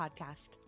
Podcast